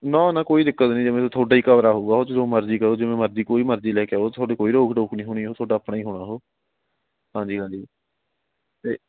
ਨਾ ਨਾ ਕੋਈ ਦਿੱਕਤ ਨਹੀਂ ਜਿਵੇਂ ਤਾਂ ਤੁਹਾਡਾ ਹੀ ਕਮਰਾ ਹੋਊਗਾ ਉਹ 'ਚ ਜੋ ਮਰਜ਼ੀ ਕਰੋ ਜਿਵੇਂ ਮਰਜ਼ੀ ਕੋਈ ਮਰਜ਼ੀ ਲੈ ਕੇ ਆਓ ਤੁਹਾਡੀ ਕੋਈ ਰੋਕ ਟੋਕ ਨਹੀਂ ਹੋਣੀ ਉਹ ਤੁਹਾਡਾ ਆਪਣਾ ਹੀ ਹੋਣਾ ਉਹ ਹਾਂਜੀ ਹਾਂਜੀ ਅਤੇ